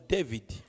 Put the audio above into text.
David